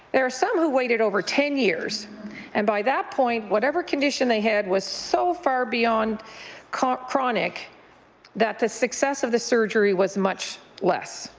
there are some who waited over ten years and by that point whatever condition they had was so far beyond chronic chronic that the success of the surgery was much less.